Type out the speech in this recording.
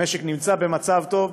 המשק נמצא במצב טוב,